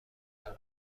عقب